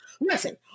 listen